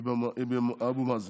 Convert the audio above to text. עם אבו מאזן.